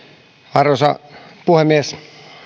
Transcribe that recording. arvoisa puhemies